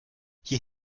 hier